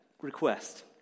request